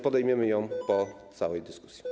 Podejmiemy ją po całej dyskusji.